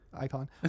icon